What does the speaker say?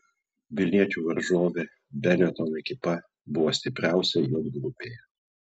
vilniečių varžovė benetton ekipa buvo stipriausia j grupėje